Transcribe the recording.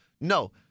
No